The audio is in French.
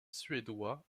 suédois